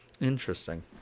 Interesting